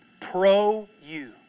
Pro-you